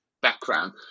background